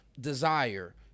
desire